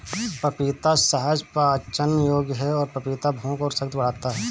पपीता सहज पाचन योग्य है और पपीता भूख और शक्ति बढ़ाता है